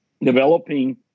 developing